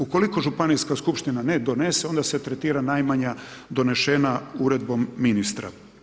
Ukoliko županijska skupština ne donese, onda se tretira najmanja donešene Uredbom ministra.